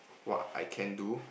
what I can do